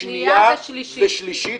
שנייה ושלישית.